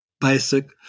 basic